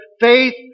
Faith